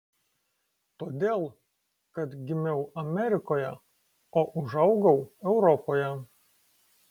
todėl kad gimiau amerikoje o užaugau europoje